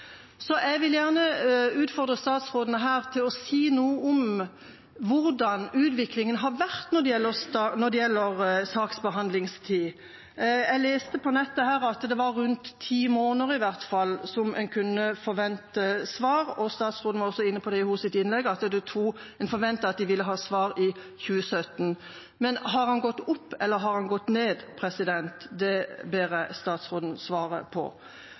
Så jeg vil gjerne utfordre statsråden til å si noe om hvordan utviklingen har vært når det gjelder saksbehandlingstid. Jeg leste på nettet at det tok rundt ti måneder, i hvert fall, før en kunne forvente svar. Statsråden var også inne på det i sitt innlegg, at en forventet at en ville ha svar i 2017. Men har tiden gått opp, eller har den gått ned? Det ber jeg statsråden svare på.